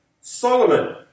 Solomon